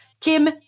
Kim